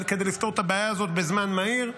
כדי לפתור את הבעיה הזאת בזמן מהיר.